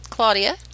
Claudia